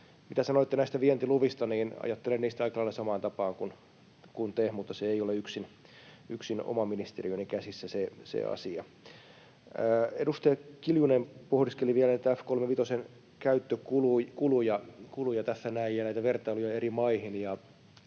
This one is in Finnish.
Mitä sanoitte näistä vientiluvista, niin ajattelen niistä aika lailla samaan tapaan kuin te, mutta se ei ole yksin oman ministeriöni käsissä se asia. Edustaja Kiljunen pohdiskeli vielä F‑35:n käyttökuluja tässä näin ja näitä vertailuja eri maihin.